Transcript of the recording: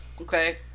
Okay